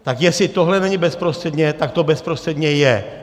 Tak jestli tohle není bezprostředně, tak to bezprostředně je.